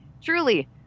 Truly